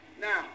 Now